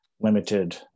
limited